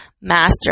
master